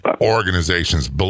organizations